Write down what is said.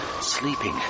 sleeping